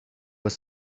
was